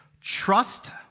trust